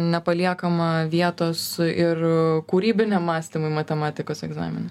nepaliekama vietos ir kūrybiniam mąstymui matematikos egzamine